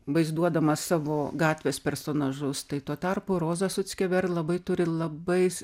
vaizduodama savo gatvės personažus tai tuo tarpu roza suckever labai turi labai